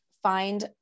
find